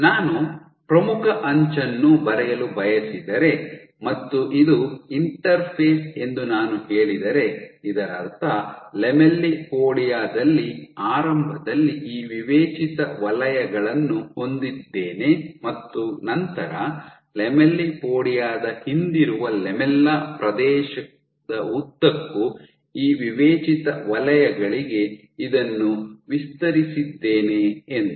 ನಾನು ಪ್ರಮುಖ ಅಂಚನ್ನು ಬರೆಯಲು ಬಯಸಿದರೆ ಮತ್ತು ಇದು ಇಂಟರ್ಫೇಸ್ ಎಂದು ನಾನು ಹೇಳಿದರೆ ಇದರರ್ಥ ಲ್ಯಾಮೆಲ್ಲಿಪೋಡಿಯಾ ದಲ್ಲಿ ಆರಂಭದಲ್ಲಿ ಈ ವಿವೇಚಿತ ವಲಯಗಳನ್ನು ಹೊಂದಿದ್ದೇನೆ ಮತ್ತು ನಂತರ ಲ್ಯಾಮೆಲ್ಲಿಪೊಡಿಯಾ ದ ಹಿಂದಿರುವ ಲ್ಯಾಮೆಲ್ಲಾ ಪ್ರದೇಶದ ಉದ್ದಕ್ಕೂ ಈ ವಿವೇಚಿತ ವಲಯಗಳಿಗೆ ಇದನ್ನು ವಿಸ್ತರಿಸಿದ್ದೇನೆ ಎಂದು